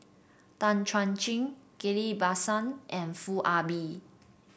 Tan Chuan Jin Ghillie Basan and Foo Ah Bee